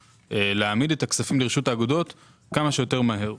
להעמיד את הכספים לרשות האגודות כמה שיותר מהר.